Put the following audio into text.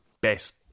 best